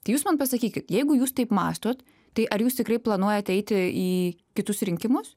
tai jūs man pasakykit jeigu jūs taip mąstot tai ar jūs tikrai planuojate eiti į kitus rinkimus